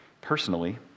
personally